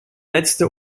letzte